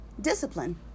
discipline